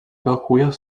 parcourir